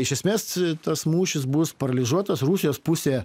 iš esmės tas mūšis bus paralyžiuotas rusijos pusė